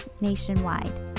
nationwide